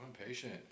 impatient